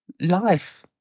life